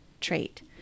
trait